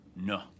No